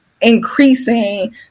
increasing